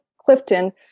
Clifton